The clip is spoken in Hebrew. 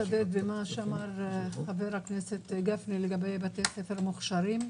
אני רוצה לצדד במה שאמר חבר הכנסת גפני לגבי בתי ספר מוכשרים.